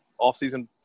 offseason